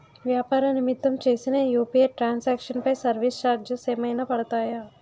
వ్యాపార నిమిత్తం చేసిన యు.పి.ఐ ట్రాన్ సాంక్షన్ పై సర్వీస్ చార్జెస్ ఏమైనా పడతాయా?